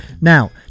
Now